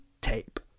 tape